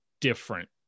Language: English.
different